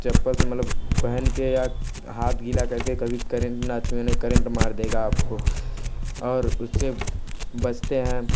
चप्पल से मतलब पहन कर या हाथ गिला करके कभी करेंट न छुए नहीं करंट मार देगा आपको और उससे बचते हैं